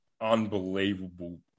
unbelievable